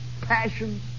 passion